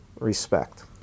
respect